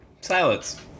Silence